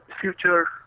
future